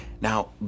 Now